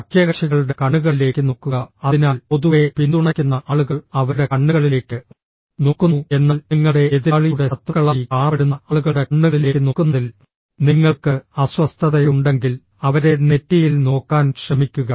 സഖ്യകക്ഷികളുടെ കണ്ണുകളിലേക്ക് നോക്കുക അതിനാൽ പൊതുവെ പിന്തുണയ്ക്കുന്ന ആളുകൾ അവരുടെ കണ്ണുകളിലേക്ക് നോക്കുന്നു എന്നാൽ നിങ്ങളുടെ എതിരാളിയുടെ ശത്രുക്കളായി കാണപ്പെടുന്ന ആളുകളുടെ കണ്ണുകളിലേക്ക് നോക്കുന്നതിൽ നിങ്ങൾക്ക് അസ്വസ്ഥതയുണ്ടെങ്കിൽ അവരെ നെറ്റിയിൽ നോക്കാൻ ശ്രമിക്കുക